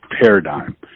paradigm